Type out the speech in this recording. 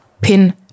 Pin